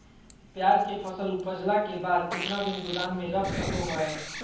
प्याज के फसल उपजला के बाद कितना दिन गोदाम में रख सको हय?